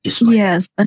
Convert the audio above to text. Yes